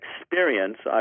experience